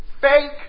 Fake